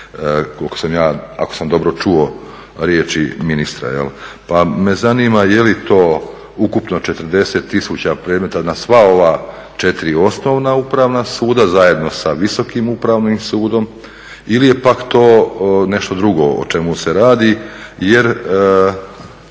neriješenih, ako sam dobro čuo riječi ministra. Pa me zanima je li to ukupno 40 000 predmeta na sva ova četiri osnovna upravna suda, zajedno sa Visokim upravnim sudom ili je pak to nešto drugo o čemu se radi jer